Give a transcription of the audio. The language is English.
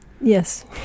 Yes